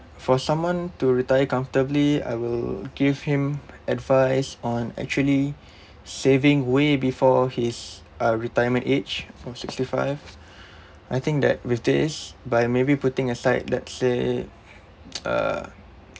for someone to retire comfortably I will give him advice on actually saving way before his uh retirement age from sixty five I think that with this by maybe putting aside let's say uh